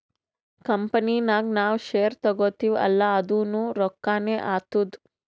company ನಾಗ್ ನಾವ್ share ತಗೋತಿವ್ ಅಲ್ಲಾ ಅದುನೂ ರೊಕ್ಕಾನೆ ಆತ್ತುದ್